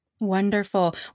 Wonderful